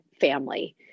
family